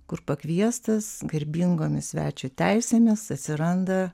kur pakviestas garbingomis svečio teisėmis atsiranda